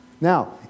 Now